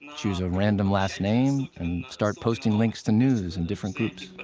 choose a random last name, and start posting links to news in different groups.